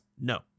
no